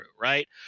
right